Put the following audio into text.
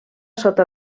sota